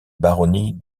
baronnie